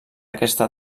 aquesta